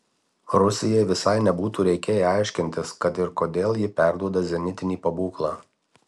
rusijai visai nebūtų reikėję aiškintis kad ir kodėl ji perduoda zenitinį pabūklą